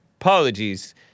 Apologies